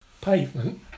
pavement